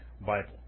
Bible